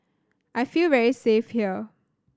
I feel very safe here